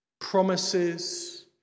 promises